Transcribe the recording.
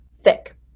thick